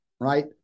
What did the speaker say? right